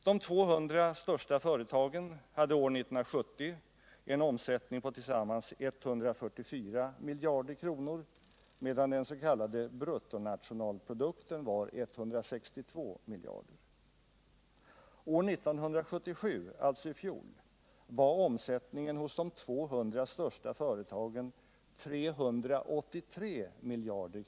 De 200 största företagen hade år 1970 en omsättning på tillsammans 144 miljarder kronor, medan bruttonationalprodukten var 162 miljarder. År 1977 var omsättningen hos de 200 största företagen 383 miljarder.